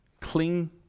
Cling